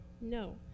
No